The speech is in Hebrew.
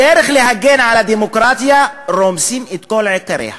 בדרך להגן על הדמוקרטיה רומסים את כל עיקריה.